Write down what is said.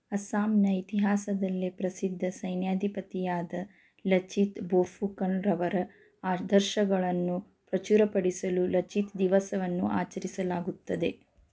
ಅಸ್ಸಾಂನ ಇತಿಹಾಸದಲ್ಲೇ ಪ್ರಸಿದ್ಧ ಸೈನ್ಯಾಧಿಪತಿಯಾದ ಲಚಿತ್ ಬೋರ್ಫುಕನ್ರವರ ಆದರ್ಶಗಳನ್ನು ಪ್ರಚುರಪಡಿಸಲು ಲಚಿತ್ ದಿವಸವನ್ನು ಆಚರಿಸಲಾಗುತ್ತದೆ